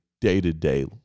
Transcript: day-to-day